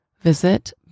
Visit